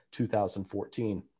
2014